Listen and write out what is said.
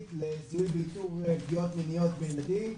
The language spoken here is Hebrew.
לזיהוי ואיתור של פגיעות מיניות בילדים,